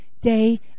day